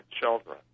children